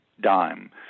dime